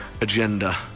agenda